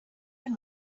been